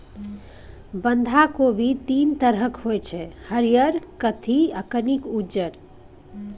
बंधा कोबी तीन तरहक होइ छै हरियर, कत्थी आ कनिक उज्जर